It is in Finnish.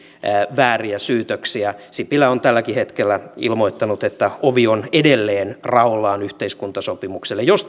vääriä syytöksiä sipilä on tälläkin hetkellä ilmoittanut että ovi on edelleen raollaan yhteiskuntasopimukselle jos